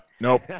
Nope